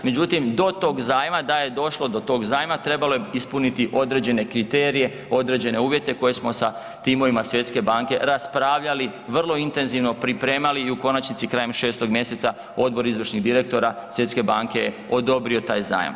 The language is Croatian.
Međutim, da je došlo do tog zajma trebalo je ispuniti određene kriterije, određene uvjete koje smo sa timovima Svjetske banke raspravljali vrlo intenzivno pripremali i u konačnici krajem 6. mjeseca Odbor izvršnih direktora Svjetske banke je odobrio taj zajam.